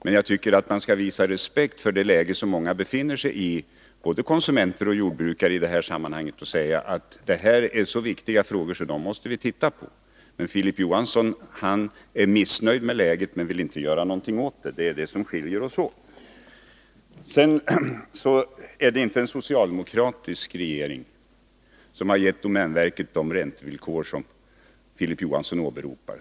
Men vi skall visa respekt för de bekymmer som många — både konsumenter och jordbrukare — i detta sammanhang känner och säga: Detta är så viktiga frågor att vi måste titta på dem. Filip Johansson är missnöjd med läget, men vill inte göra någonting åt det. Det är det som skiljer oss åt. Det är inte en socialdemokratisk regering som har gett domänverket de räntevillkor som Filip Johansson åberopar.